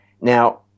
Now